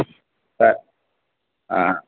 సరే